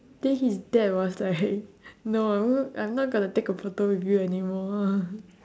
then his dad was like no I'm not I'm not gonna take a photo with you anymore